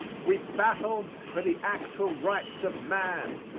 we battle for the actual rights of man.